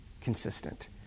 consistent